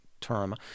term